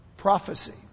prophecy